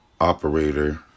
operator